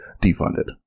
defunded